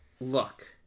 Look